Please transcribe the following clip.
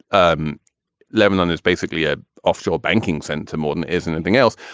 um lebanon is basically a offshore banking center. morton isn't anything else,